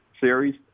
series